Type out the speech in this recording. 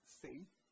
faith